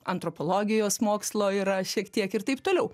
antropologijos mokslo yra šiek tiek ir taip toliau